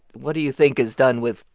what do you think is done with